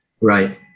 Right